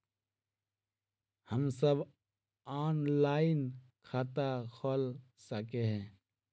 हम सब ऑनलाइन खाता खोल सके है?